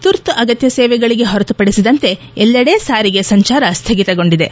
ತುರ್ತು ಅಗತ್ಯ ಸೇವೆಗಳಿಗೆ ಹೊರತುಪಡಿಸಿದಂತೆ ಎಲ್ಲೆಡೆ ಸಾರಿಗೆ ಸಂಚಾರ ಸ್ವಗಿತಗೊಂಡಿದೆ